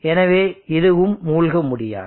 எனவே இதுவும் மூழ்க முடியாது